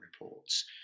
reports